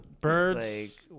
Birds